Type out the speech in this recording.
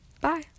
bye